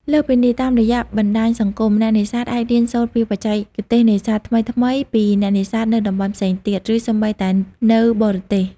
លើសពីនេះ តាមរយៈបណ្តាញសង្គម អ្នកនេសាទអាចរៀនសូត្រពីបច្ចេកទេសនេសាទថ្មីៗពីអ្នកនេសាទនៅតំបន់ផ្សេងទៀត ឬសូម្បីតែនៅបរទេស។